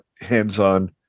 hands-on